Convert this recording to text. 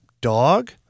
dog